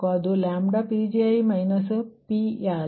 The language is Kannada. ಅದು i1mPgi PLϵ